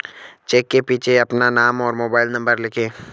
check के पीछे अपना नाम और मोबाइल नंबर लिखें